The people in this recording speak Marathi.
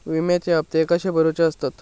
विम्याचे हप्ते कसे भरुचे असतत?